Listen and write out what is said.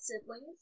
siblings